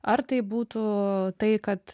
ar tai būtų tai kad